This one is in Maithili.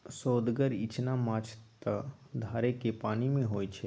सोअदगर इचना माछ त धारेक पानिमे होए छै